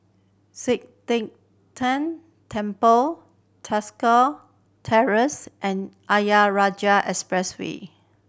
Sian Teck Tng Temple Tosca Terrace and Ayer Rajah Expressway